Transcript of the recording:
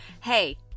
Hey